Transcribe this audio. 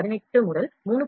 18 முதல் 3